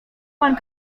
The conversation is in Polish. pan